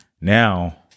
now